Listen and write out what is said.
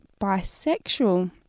bisexual